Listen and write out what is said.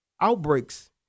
outbreaks